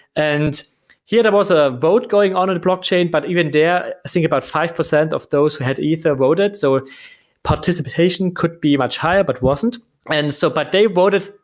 and here there was a vote going on in the blockchain, but even there i think about five percent of those who had ether voted, so participation could be much higher, but wasn't and so but wasn't they voted,